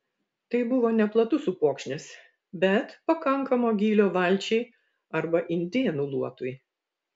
tai buvo neplatus upokšnis bet pakankamo gylio valčiai arba indėnų luotui